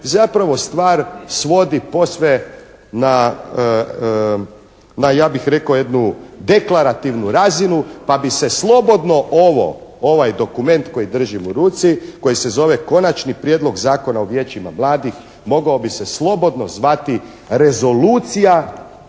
zapravo stvar svodi posve na ja bih rekao jednu deklarativnu razinu pa bi se slobodno ovaj dokument koji držim u ruci koji se zove Konačni prijedlog Zakona o Vijećima mladih mogao bi se slobodno zvati rezolucija